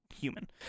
human